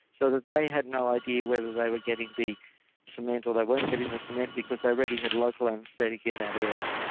so that they had no idea whether they were getting the cement or they weren't getting the cement because they already had a local anaesthetic in that area.